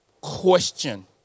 question